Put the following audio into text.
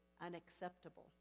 unacceptable